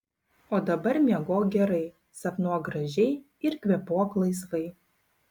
o dabar miegok gerai sapnuok gražiai ir kvėpuok laisvai